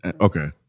okay